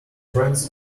friends